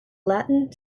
latin